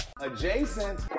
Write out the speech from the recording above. Adjacent